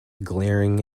glaring